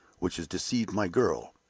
which has deceived my girl.